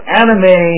anime